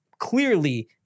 Clearly